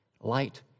light